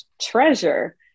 treasure